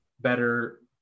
better